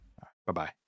Bye-bye